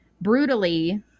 brutally